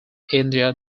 india